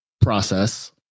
process